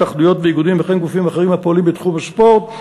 התאחדויות ואיגודים וכן גופים אחרים הפועלים בתחום הספורט,